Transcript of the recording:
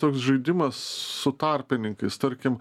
toks žaidimas su tarpininkais tarkim